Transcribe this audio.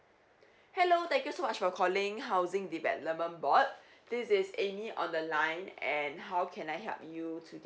hello thank you so much for calling housing development board this is amy on the line and how can I help you today